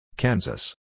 Kansas